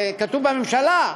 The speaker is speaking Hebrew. זה כתוב בממשלה,